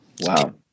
Wow